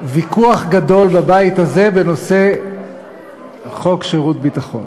ויכוח גדול בבית הזה בנושא חוק שירות ביטחון.